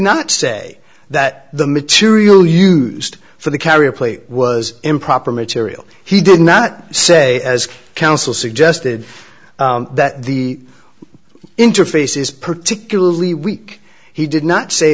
not say that the material used for the carrier plate was improper material he did not say as counsel suggested that the interface is particularly weak he did not say